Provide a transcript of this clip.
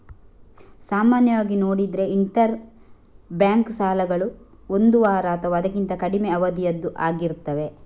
ಸಾಮಾನ್ಯವಾಗಿ ನೋಡಿದ್ರೆ interbank ಸಾಲಗಳು ಒಂದು ವಾರ ಅಥವಾ ಅದಕ್ಕಿಂತ ಕಡಿಮೆ ಅವಧಿಯದ್ದು ಆಗಿರ್ತವೆ